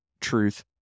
truth